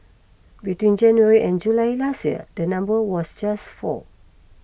between January and July last year the number was just four